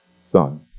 son